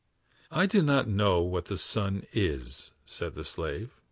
i do not know what the sun is, said the slave.